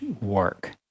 work